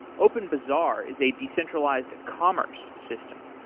openbazaar is a decentralized commerce system.